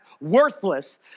worthless